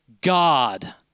God